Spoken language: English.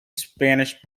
spanish